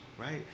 right